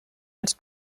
els